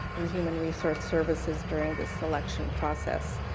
and human resource services during this selection process.